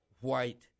white